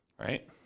right